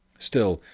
still,